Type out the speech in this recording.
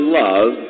love